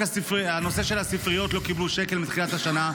בנושא של הספריות לא קיבלו שקל מתחילת השנה,